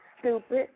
stupid